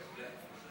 מעולה.